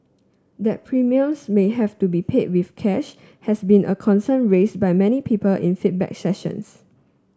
that premiums may have to be paid with cash has been a concern raised by many people in feedback sessions